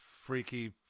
freaky